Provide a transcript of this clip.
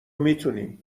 میتونی